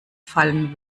fallen